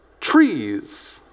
trees